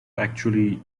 actually